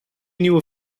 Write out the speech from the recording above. nieuwe